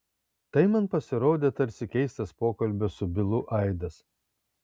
tai man pasirodė tarsi keistas pokalbio su bilu aidas